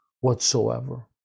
whatsoever